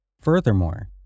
Furthermore